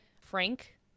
Frank